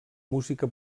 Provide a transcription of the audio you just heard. música